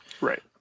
Right